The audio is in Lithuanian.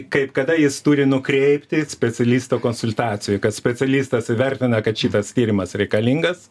kaip kada jis turi nukreipti specialisto konsultacijai kad specialistas įvertina kad šitas tyrimas reikalingas